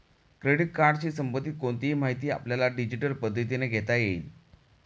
credit कार्डशी संबंधित कोणतीही माहिती आपल्याला डिजिटल पद्धतीने घेता येईल